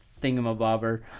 thingamabobber